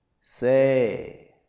Say